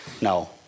No